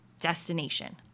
destination